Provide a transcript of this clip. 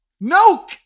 No